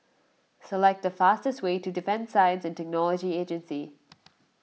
select the fastest way to Defence Science and Technology Agency